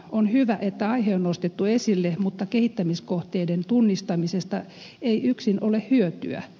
on hyvä että aihe on nostettu esille mutta kehittämiskohteiden tunnistamisesta ei yksin ole hyötyä